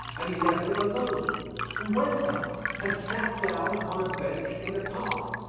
and he left them alone and went out and sat down upon a bench in the park.